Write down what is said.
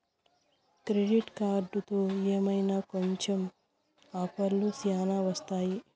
credit కార్డుతో ఏమైనా కొంటె ఆఫర్లు శ్యానా వత్తాయి